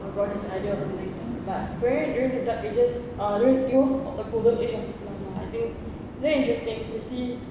abu sayde or something but very very they just it was it was a golden age of islam lah I think it's very interesting to see